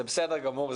זה בסדר גמור,